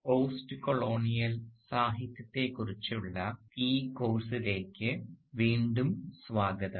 hello post colonial സാഹിത്യത്തെക്കുറിച്ചുള്ള ഈ കോഴ്സിലേക്ക് വീണ്ടും സ്വാഗതം